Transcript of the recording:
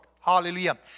Hallelujah